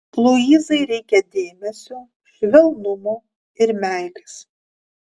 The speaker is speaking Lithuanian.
luizai reikia dėmesio švelnumo ir meilės